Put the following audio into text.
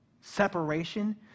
separation